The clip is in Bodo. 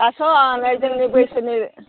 दासो हनै जोंनि बैसोनि